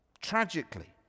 Tragically